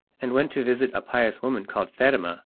and went to visit a pious woman called fatima,